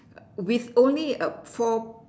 with only a four